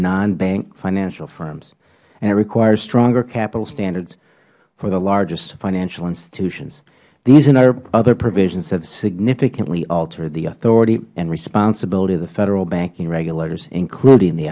non bank financial firms and requires strong capital standards for the largest financial institutions these and other provisions have significantly altered the authority and responsibility of the federal banking regulators including the